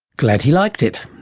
glad he liked it,